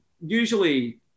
usually